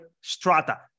strata